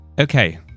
Okay